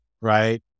right